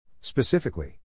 Specifically